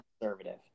conservative